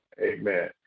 Amen